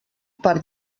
part